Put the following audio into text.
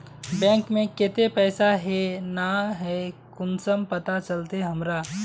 Bank में केते पैसा है ना है कुंसम पता चलते हमरा?